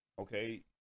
okay